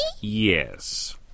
Yes